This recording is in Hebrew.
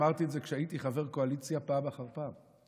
אמרתי את זה כשהייתי חבר קואליציה פעם אחר פעם,